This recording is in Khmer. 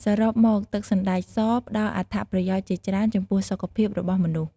សរុបមកទឹកសណ្ដែកសផ្ដល់អត្ថប្រយោជន៍ជាច្រើនចំពោះសុខភាពរបស់មនុស្ស។